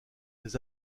des